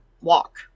walk